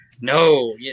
No